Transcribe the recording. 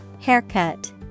Haircut